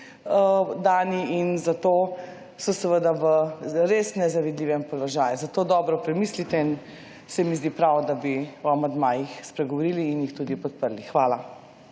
dani in zato so seveda v res nezavidljivem položaju, zato dobro premislite in se mi zdi prav, da bi o amandmajih spregovorili in jih tudi podprli. Hvala.